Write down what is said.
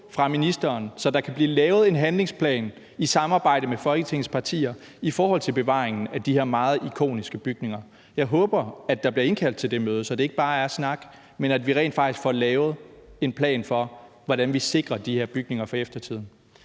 med Folketingets partier kan blive lavet en handlingsplan i forhold til bevaringen af de her meget ikoniske bygninger. Jeg håber, at der bliver indkaldt til det møde, så det ikke bare er snak, men at vi rent faktisk får lavet en plan for, hvordan vi sikrer de her bygninger for eftertiden.